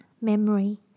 memory